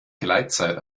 gleitzeit